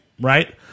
right